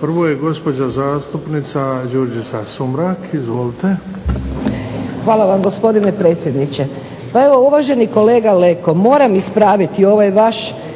prvo je gospođa zastupnica Đurđica Sumrak. Izvolite. **Sumrak, Đurđica (HDZ)** Hvala vam gospodine predsjedniče. Pa evo uvaženi kolega Leko, moram ispraviti ovaj vaš